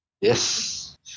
Yes